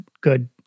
good